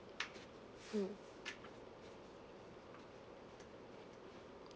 mm